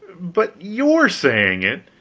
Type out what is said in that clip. but your saying it,